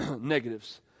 negatives